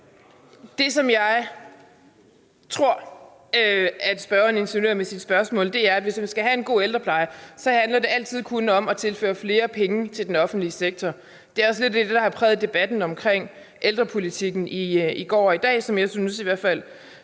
Det, som jeg tror at spørgeren insinuerer med sit spørgsmål, er, at hvis man skal have en god ældrepleje, handler det altid kun om at tilføre flere penge til den offentlige sektor. Det er også lidt det, der har præget debatten om ældrepolitikken både i går og i dag, som jeg ikke synes alle